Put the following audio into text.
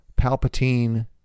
Palpatine